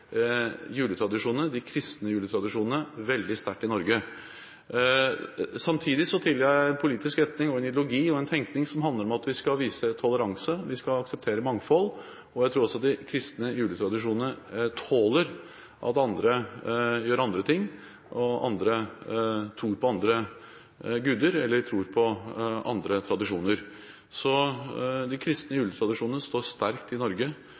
de kristne juletradisjonene veldig sterkt i Norge. Samtidig tilhører jeg en politisk retning, en ideologi og en tenkning som handler om at vi skal vise toleranse. Vi skal akseptere mangfold, og jeg tror også de kristne juletradisjonene tåler at andre gjør andre ting, og at man tror på andre guder eller har andre tradisjoner. De kristne juletradisjonene står sterkt i Norge.